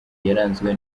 yaranzwe